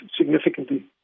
significantly